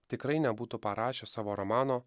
tikrai nebūtų parašęs savo romano